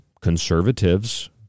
conservatives